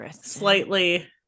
slightly